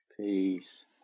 Peace